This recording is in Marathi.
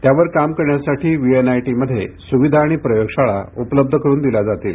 त्यावर काम करण्यासाठी वीएनआयटीमध्ये सुविधा आणि प्रयोगशाळा उपलब्ध करुन दिल्या जातील